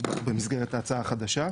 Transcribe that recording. במסגרת ההצעה החדשה?